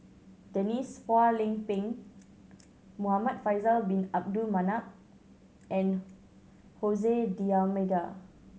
Denise Phua Lay Peng Muhamad Faisal Bin Abdul Manap and Hose D'Almeida